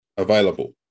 available